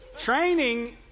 Training